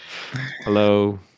hello